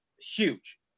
huge